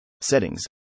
settings